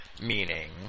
meaning